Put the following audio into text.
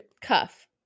Cuff